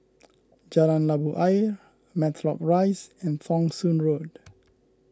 Jalan Labu Ayer Matlock Rise and Thong Soon Road